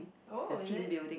oh is it